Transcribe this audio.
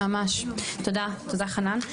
ממש תודה חנן,